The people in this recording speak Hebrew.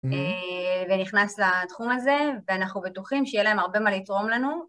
ונכנס לתחום הזה, ואנחנו בטוחים שיהיה להם הרבה מה לתרום לנו.